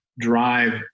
drive